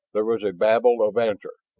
there was a babble of answer,